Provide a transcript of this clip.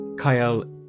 Kyle